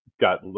got